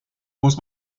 muss